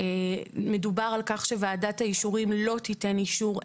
מדובר על כך שוועדת האישורים לא תיתן אישור.